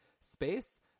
space